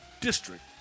district